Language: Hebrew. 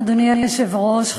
אדוני היושב-ראש,